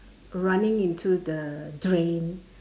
running into the drain